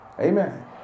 Amen